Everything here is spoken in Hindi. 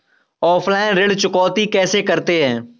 ऑफलाइन ऋण चुकौती कैसे करते हैं?